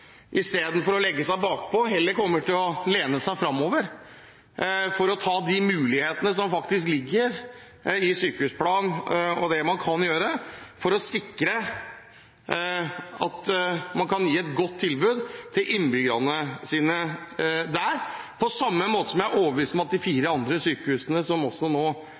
istedenfor å legge seg bakpå heller kommer til å lene seg fremover for å gripe de mulighetene som ligger i sykehusplanen – det man kan gjøre for å sikre at man kan gi et godt tilbud til innbyggerne sine. På samme måte er jeg overbevist om at de fire andre sykehusene – som noen nå later som også